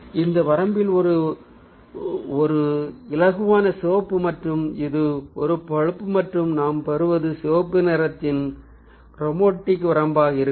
எனவே இந்த வரம்பில் இது ஒரு இலகுவான சிவப்பு மற்றும் இது ஒரு பழுப்பு மற்றும் நாம் பெறுவது சிவப்பு நிறத்தின் க்ரோமேட்டிக் வரம்பாக இருக்கும்